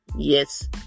Yes